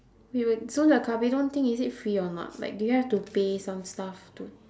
wait wait so the kabedon thing is it free or not like do you have to pay some stuff to